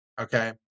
Okay